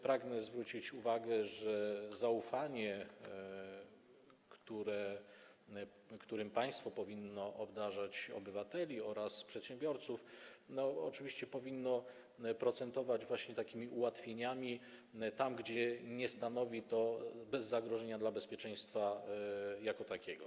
Pragnę zwrócić uwagę, że zaufanie, którym państwo powinno obdarzać obywateli oraz przedsiębiorców, oczywiście powinno procentować takimi ułatwieniami, tam gdzie nie stanowi to zagrożenia dla bezpieczeństwa jako takiego.